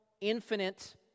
infinite